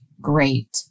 great